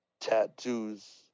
tattoos